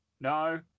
No